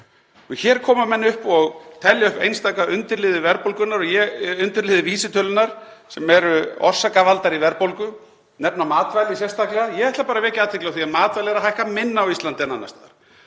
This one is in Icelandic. Hér koma menn upp og telja upp einstaka undirliði vísitölunnar sem eru orsakavaldar í verðbólgu, nefna matvæli sérstaklega. Ég ætla bara að vekja athygli á því að matvæli eru að hækka minna á Íslandi en annars staðar.